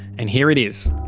and here it is.